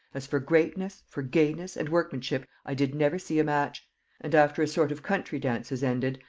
as for greatness, for gayness, and workmanship, i did never see a match and after a sort of country dances ended,